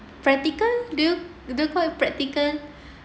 practical the~ they're quite practical